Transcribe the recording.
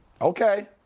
okay